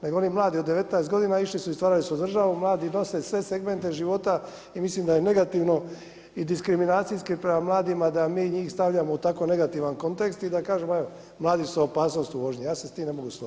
Nego onih mladih od 19 godina, išli su i stvarali su državu, mladi nose sve segmente života i mislim da je negativno i diskriminacijski prema mladima da mi njih stavljamo u tako negativan kontekst i da kažemo evo, mladi su opasnost u vožnji, ja se s tim ne mogu složiti.